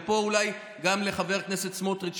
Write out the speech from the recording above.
ופה אולי גם לחבר הכנסת סמוטריץ',